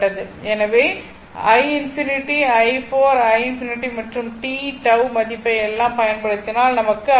எனவே i∞ i4 i∞ மற்றும் t τ மதிப்பை எல்லாம் பயன் படுத்தினால் நமக்கு i 2